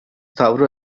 tavrı